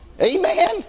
Amen